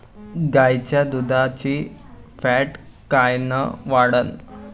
गाईच्या दुधाची फॅट कायन वाढन?